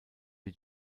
die